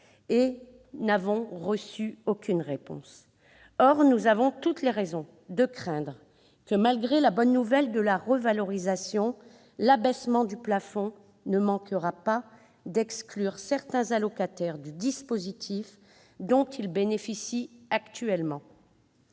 jamais reçu de réponse. Or nous avons toutes les raisons de craindre que, malgré la bonne nouvelle de la revalorisation, l'abaissement du plafond ne manquera pas d'exclure certains allocataires d'un dispositif dont ils bénéficient actuellement.